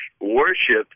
Worship